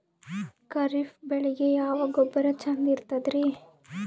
ಖರೀಪ್ ಬೇಳಿಗೆ ಯಾವ ಗೊಬ್ಬರ ಚಂದ್ ಇರತದ್ರಿ?